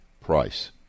price